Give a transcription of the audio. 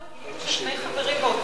אנחנו